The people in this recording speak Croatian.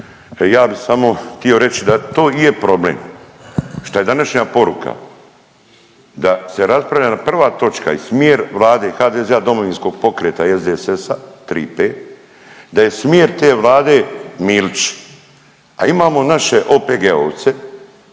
ja bih samo htio reći da to i je problem šta je današnja poruka da se raspravlja prva točka i smjer Vlade HDZ-a, Domovinskog pokreta i SDSS-a, 3P, da je smjer te Vlade Milić. A imamo naše OPG-ovce,